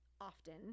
often